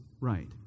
right